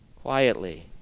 quietly